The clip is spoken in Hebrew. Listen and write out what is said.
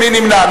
מי נמנע?